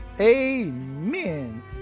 Amen